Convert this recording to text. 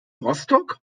rostock